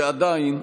ועדיין,